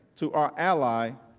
to our ally,